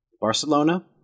Barcelona